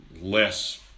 less